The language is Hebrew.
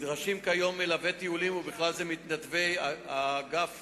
מלווי טיולים, ובכלל זה מתנדבי אגף